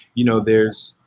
you know, there's